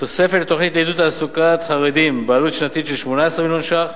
תוספת לתוכניות לעידוד תעסוקת חרדים בעלות שנתית של 18 מיליון ש"ח.